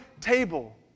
table